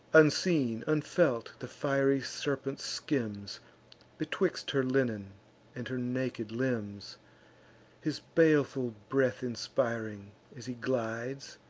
unseen, unfelt, the fiery serpent skims betwixt her linen and her naked limbs his baleful breath inspiring, as he glides,